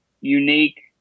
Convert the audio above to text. unique